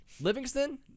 Livingston